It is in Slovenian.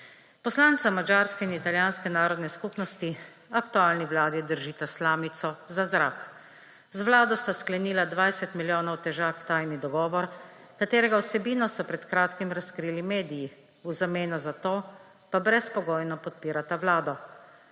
Poslanca madžarske in italijanske narodne skupnosti aktualni vladi držita slamico za zrak. Z vlado sta sklenila 20 milijonov težak tajno dogovor, katerega vsebino so pred kratkim razkrili mediji, v zameno za to pa brezpogojno podpirata vlado,